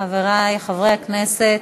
חברי חברי הכנסת,